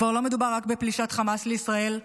כבר לא מדובר רק בפלישת חמאס לישראל,